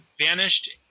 vanished